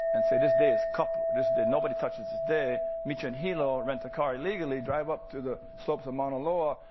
and say this day is coupled, this day, nobody touches this day, meet you in hilo, rent a car, illegally drive up to the slopes of mauna loa,